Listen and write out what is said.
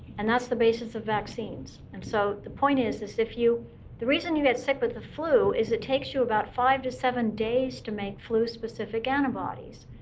and that's the basis of vaccines. and so the point is, is if you the reason you get sick with the flu is it takes you about five to seven days to make flu-specific antibodies.